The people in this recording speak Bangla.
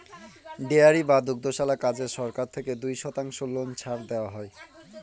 ডেয়ারি বা দুগ্ধশালার কাজে সরকার থেকে দুই শতাংশ লোন ছাড় দেওয়া হয়